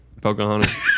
Pocahontas